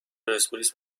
پرسپولیس